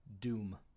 Doom